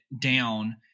down